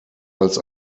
als